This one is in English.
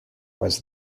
was